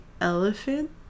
elephant